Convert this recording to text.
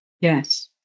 yes